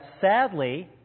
sadly